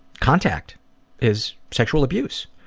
contact is sexual abuse.